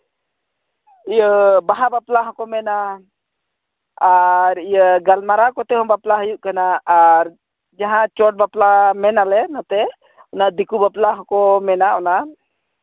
ᱤᱭᱟᱹ ᱵᱟᱦᱟ ᱵᱟᱯᱞᱟ ᱦᱚᱸᱠᱚ ᱢᱮᱱᱟ ᱟᱨ ᱤᱭᱟᱹ ᱜᱟᱞᱢᱟᱨᱟᱣ ᱠᱚᱛᱮ ᱦᱚᱸ ᱵᱟᱯᱞᱟ ᱦᱩᱭᱩᱜ ᱠᱟᱱᱟ ᱟᱨ ᱡᱟᱦᱟᱸ ᱪᱚᱴ ᱵᱟᱯᱞᱟ ᱢᱮᱱᱟᱞᱮ ᱱᱚᱛᱮ ᱚᱱᱟ ᱫᱤᱠᱩ ᱵᱟᱯᱞᱟ ᱦᱚᱸᱠᱚ ᱢᱮᱱᱟ ᱚᱱᱟ